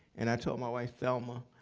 and i told my wife, thelma,